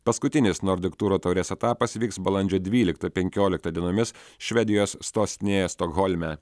paskutinis nordik turo taurės etapas vyks balandžio dvyliktą penkioliktą dienomis švedijos sostinėje stokholme